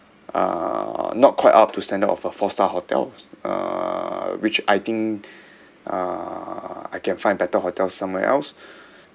uh not quite up to standard of a four star hotel uh which I think uh I can find better hotel somewhere else